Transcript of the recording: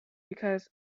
because